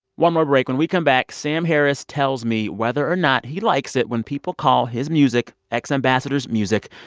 one more break. when we come back, sam harris tells me whether or not he likes it when people call his music, x ambassadors' music,